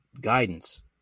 guidance